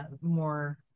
more